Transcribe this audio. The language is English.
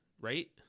right